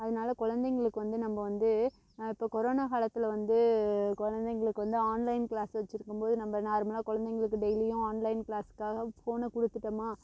அதனால் குழந்தைகளுக்கு வந்து நம்ம வந்து இப்போ கொரானா காலத்தில் வந்து குழந்தைகளுக்கு வந்து ஆன்லைன் க்ளாஸ் வச்சிருக்கும்போது நம்ம நார்மலாக குழந்தைகளுக்கு டெய்லியும் ஆன்லைன் க்ளாஸ்ஸுக்காக ஃபோனை கொடுத்துட்டோம்மா